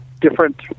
different